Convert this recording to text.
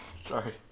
Sorry